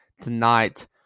tonight